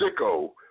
sicko